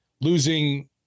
losing